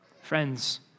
Friends